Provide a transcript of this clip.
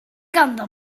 ganddo